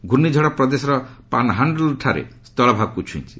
ଘୂର୍ଣ୍ଣିଝଡ଼ ପ୍ରଦେଶର ପାନହାଶ୍ଚଲଠାରେ ସ୍ଥଳଭାଗକୁ ଛୁଇଁଛି